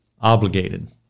obligated